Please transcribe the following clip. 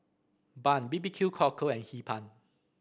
bun B B Q Cockle and Hee Pan